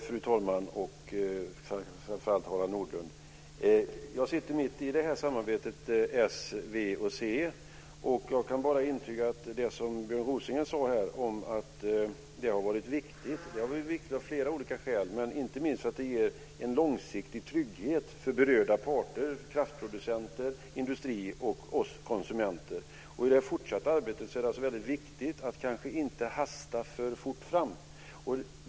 Fru talman! Harald Nordlund! Jag sitter mitt i samarbetet mellan s, v och c. Jag kan bara intyga det som Björn Rosengren sade om att det har varit viktigt. Det har varit viktigt av flera olika skäl, men inte minst för att det ger en långsiktig trygghet för berörda parter - för kraftproducenter, industri och oss konsumenter. I det fortsatta arbetet är det väldigt viktigt att inte hasta för fort fram.